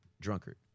drunkard